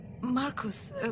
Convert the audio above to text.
Marcus